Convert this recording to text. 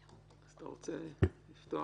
אתה רוצה לפתוח?